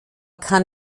kann